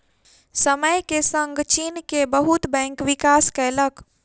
समय के संग चीन के बहुत बैंक विकास केलक